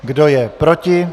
Kdo je proti?